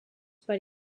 per